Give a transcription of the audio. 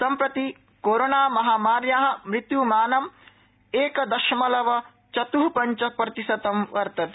सम्प्रति कोरोनामहामार्या मृत्युमानं एकदशमलव चत् पञ्चप्रतिशतं वर्तते